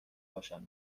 باشن